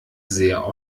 sehr